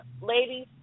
ladies